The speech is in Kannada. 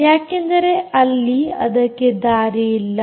ಯಾಕೆಂದರೆ ಅಲ್ಲಿ ಅದಕ್ಕೆ ದಾರಿ ಇಲ್ಲ